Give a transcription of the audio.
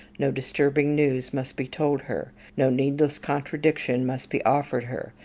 no disturbing news must be told her. no needless contradiction must be offered her.